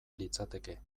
litzateke